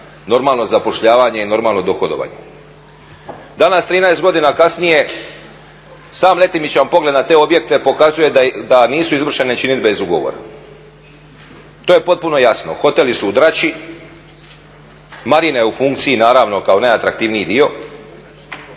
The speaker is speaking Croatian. normalno zapošljavanje i normalno dohodovanje. Danas 13 godina kasnije sam letimičan pogled na te objekte pokazuje da nisu izvršene činidbe iz ugovora. To je potpuno jasno. Hoteli su u drači, marina je u funkciji naravno kao najatraktivniji dio.